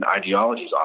ideologies